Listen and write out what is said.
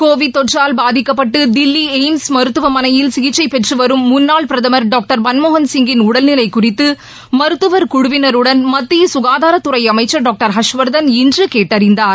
Covid தொற்றால் பாதிக்கப்பட்டு Delhi AIIMS மருத்துவமனையில் சிகிச்சை பெற்று வரும் முன்னாள் பிரதமா் டாக்டர் மன்மோகன்சிங் கின் உடல்நிலை குறித்து மருத்துவர் குழுவினருடன் மத்திய ககாதாரத்துறை அமைச்சா் டாக்டர் ஹர்ஷ்வர்தன் இன்று கேட்டறிந்தார்